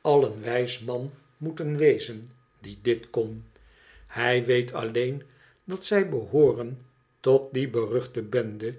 al een wijs man moeten wezen die dit kon hij weet alleen dat zij behooren tot die beruchte bende